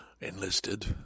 enlisted